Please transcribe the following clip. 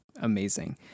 amazing